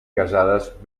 casades